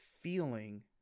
feeling